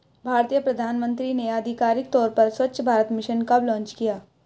भारतीय प्रधानमंत्री ने आधिकारिक तौर पर स्वच्छ भारत मिशन कब लॉन्च किया?